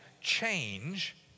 change